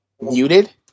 muted